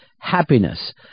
happiness